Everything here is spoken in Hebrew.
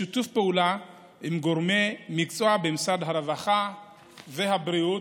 בשיתוף פעולה עם גורמי מקצוע במשרד הרווחה והבריאות,